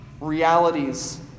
realities